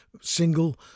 single